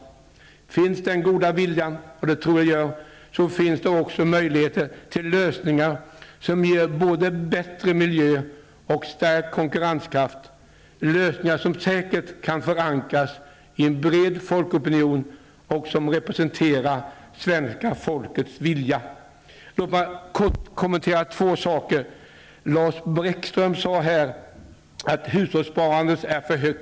Om den goda viljan finns, och det tror jag, finns det också möjligheter till lösningar som ger både bättre miljö och stärkt konkurrenskraft, lösningar som säkert kan förankras i en bred folkopinion och som representerar svenska folkets vilja. Jag vill göra några korta kommentarer. Lars Bäckström sade att hushållssparandet är för högt.